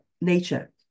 Nature